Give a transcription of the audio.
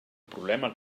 problema